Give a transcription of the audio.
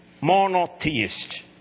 monotheist